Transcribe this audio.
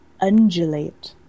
Undulate